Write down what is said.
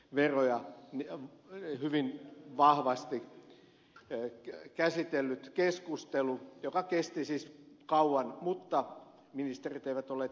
kysymyksessä oli siis ympäristöveroja hyvin vahvasti käsitellyt keskustelu joka kesti kauan mutta ministerit eivät olleet läsnä